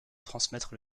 transmettre